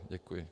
Děkuji.